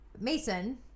Mason